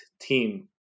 team